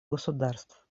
государств